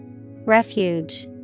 refuge